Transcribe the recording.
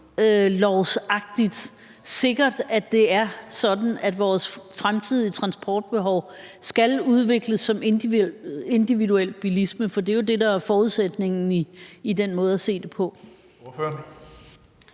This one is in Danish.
naturlovsagtigt sikkert, at det er sådan, at vores fremtidige transportbehov skal udvikles som individuel bilisme? For det er jo det, der er forudsætningen i den måde at se det på.